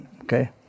Okay